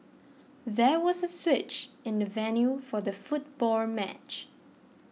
there was a switch in the venue for the football match